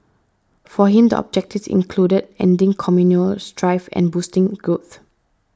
for him the objectives included ending communal strife and boosting growth